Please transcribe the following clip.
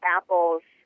Apple's